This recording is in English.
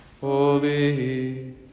holy